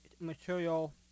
material